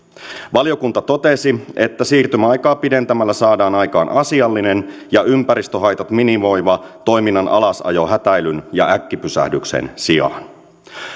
valiokunta totesi että siirtymäaikaa pidentämällä saadaan aikaan asiallinen ja ympäristöhaitat minimoiva toiminnan alasajo hätäilyn ja äkkipysähdyksen sijaan